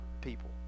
people